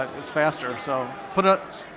it's faster, so put it,